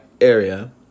area